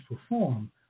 perform